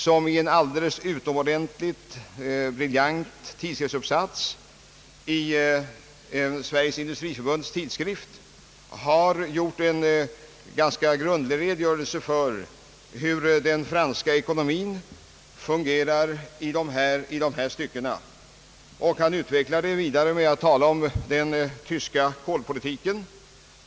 Han har i en briljant uppsats i Sveriges industriförbunds tidskrift givit en god redogörelse för hur den franska ekonomin fungerar i dessa stycken. Han utvecklar detta vidare med att tala om den tyska kolpolitiken.